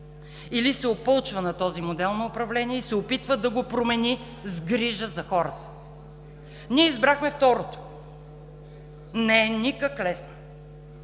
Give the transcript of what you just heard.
или се опълчва на този модел на управление и се опитва да го промени с грижа за хората. Ние избрахме второто. Не е никак лесно.